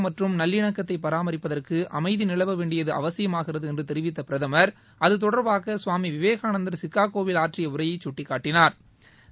ம்ற் று மம் நல்லிணக்கத்தை பராமாபி ப்பதிற்கு அமைதி நிலவ வேண்டியது அவசியமாகிறது என்று தொி வித்த பிரதமாம் அது தொடாம்பாக சுவாமி வி வேகான்ந்தாம் சிகா கோவில் ஆ ற் றி ய உரையை கட்டிக்காட்டினாா்